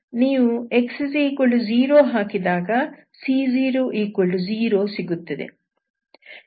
ನೀವು x0 ಹಾಕಿದಾಗ c00 ಸಿಗುತ್ತದೆ